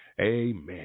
Amen